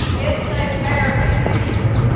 it's a fairness issue.